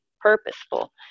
purposeful